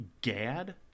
GAD